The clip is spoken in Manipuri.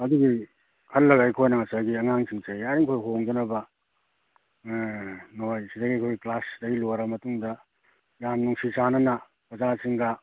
ꯑꯗꯨꯒꯤ ꯈꯜꯂꯒ ꯑꯩꯈꯣꯏꯅ ꯉꯁꯥꯏꯒꯤ ꯑꯉꯥꯡꯁꯤꯡꯁꯦ ꯌꯥꯔꯤꯈꯣꯏ ꯍꯣꯡꯗꯅꯕ ꯑꯦ ꯅꯣꯏ ꯁꯤꯗꯒꯤ ꯑꯩꯈꯣꯏ ꯀ꯭ꯂꯥꯁ ꯁꯤꯗꯒꯤ ꯂꯣꯏꯔꯕ ꯃꯇꯨꯡꯗ ꯌꯥꯝ ꯅꯨꯡꯁꯤ ꯆꯥꯟꯅꯅ ꯑꯣꯖꯥꯁꯤꯡꯒ